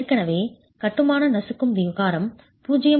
எனவே கட்டுமானம் நசுக்கும் விகாரம் 0